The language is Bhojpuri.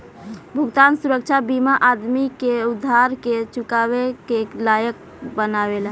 भुगतान सुरक्षा बीमा आदमी के उधार के चुकावे के लायक बनावेला